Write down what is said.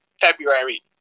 February